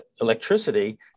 electricity